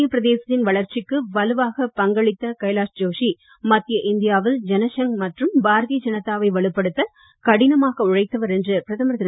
மத்திய பிரதேசத்தின் வளர்ச்சிக்கு வலுவாக பங்களித்த கைலாஷ் ஜோஷி மத்திய இந்தியாவில் ஜனசங் மற்றும் பாரதீய ஜனதாவை வலுப்படுத்த கடினமாக உழைத்தவர் என்று பிரதமர் திரு